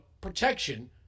protection